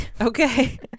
Okay